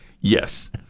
Yes